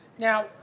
Now